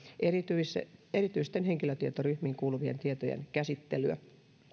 erityisten erityisten henkilötietoryhmiin kuuluvien tietojen käsittelyä